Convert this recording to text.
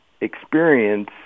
experience